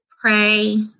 pray